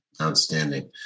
Outstanding